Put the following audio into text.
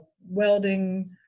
welding